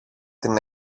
την